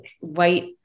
white